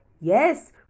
Yes